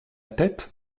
tête